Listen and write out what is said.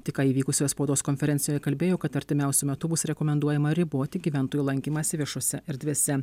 tik ką įvykusioje spaudos konferencijoje kalbėjo kad artimiausiu metu bus rekomenduojama riboti gyventojų lankymąsi viešose erdvėse